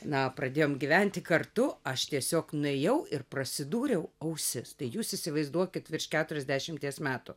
na pradėjom gyventi kartu aš tiesiog nuėjau ir prasidūriau ausis tai jūs įsivaizduokit virš keturiasdešimties metų